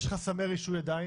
יש חסמי רישוי עדין